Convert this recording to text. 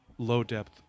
low-depth